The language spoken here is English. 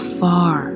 far